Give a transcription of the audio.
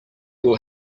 will